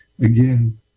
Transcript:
again